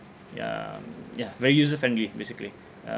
ya um yeah very user friendly basically